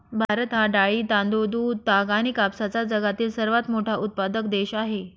भारत हा डाळी, तांदूळ, दूध, ताग आणि कापसाचा जगातील सर्वात मोठा उत्पादक देश आहे